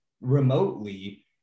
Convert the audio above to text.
remotely